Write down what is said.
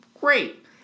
great